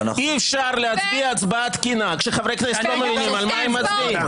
אי-אפשר לשמוע על מה מצביעים.